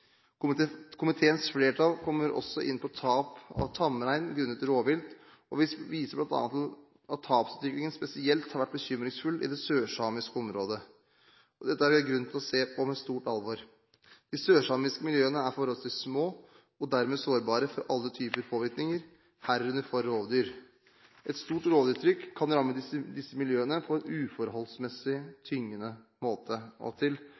Komiteens flertall kommer også inn på tap av tamrein grunnet rovvilt, og viser bl.a. til at tapsutviklingen spesielt har vært bekymringsfull i det sørsamiske området. Dette er det grunn til å se på med stort alvor. De sørsamiske miljøene er forholdsvis små og dermed sårbare for alle typer påvirkninger, herunder for rovdyr. Et stort rovdyrtrykk kan ramme disse miljøene på en uforholdsmessig tyngende måte. Til